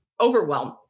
Overwhelmed